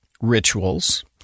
rituals